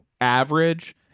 average